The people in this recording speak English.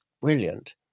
Brilliant